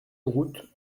route